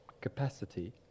capacity